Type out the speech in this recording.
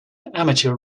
amateur